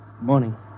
Morning